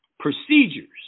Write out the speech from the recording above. Procedures